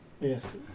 Yes